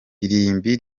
irimbi